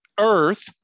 earth